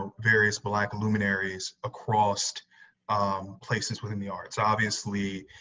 um various black luminaries across places within the arts, obviously,